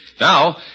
Now